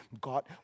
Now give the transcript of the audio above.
God